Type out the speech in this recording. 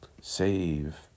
Save